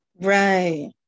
Right